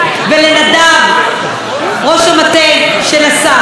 ולנדב, ראש המטה של השר.